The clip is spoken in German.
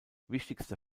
wichtigster